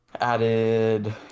Added